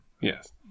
Yes